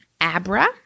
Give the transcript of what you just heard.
Abra